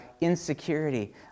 insecurity